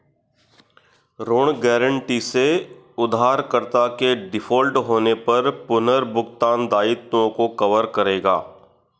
ऋण गारंटी से उधारकर्ता के डिफ़ॉल्ट होने पर पुनर्भुगतान दायित्वों को कवर करेगा